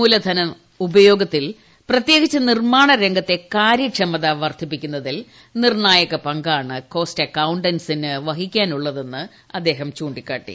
മൂലനധന ഉപയോഗത്തിൽ പ്രത്യേകിച്ച് നിർമ്മാണരംഗത്തെ കാര്യക്ഷമത വർദ്ധിപ്പിക്കുന്നതിൽ നിർണ്ണായക പങ്കാണ് കോസ്റ്റ് അക്കൌണ്ടന്റ്സീന് വഹിക്കാനുള്ളതെന്ന് ചൂണ്ടിക്കാട്ടി